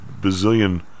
bazillion